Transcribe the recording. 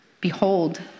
Behold